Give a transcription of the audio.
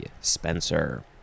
Spencer